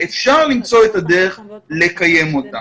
אפשר למצוא את הדרך לקיים אותם